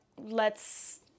lets